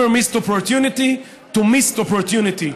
missed opportunity to miss opportunity,